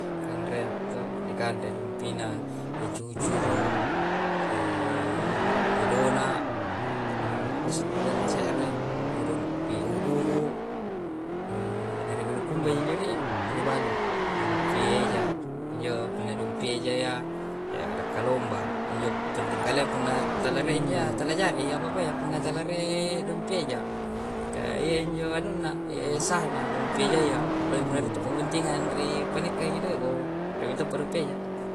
Kandrea do dekandre dumpi'na te cucuru, dona apa si injo se're dompi u u'hu nere bulukumba injo narei'e. Ribbalu, dumpieja injo kuna dumpieja'ya arakalomba injo penting kalempunna ta' lare injia tala jari apa-apa'ya, punna ta lare dumpieja. Kaiya injo anunna sah'na do mpieja'ya, puna puna ruttu pobontinga ngandre panekkaing tefo weweting paruppe je'ya.